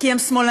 כי הם שמאלנים.